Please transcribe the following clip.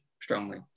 strongly